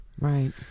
Right